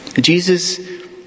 Jesus